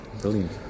Brilliant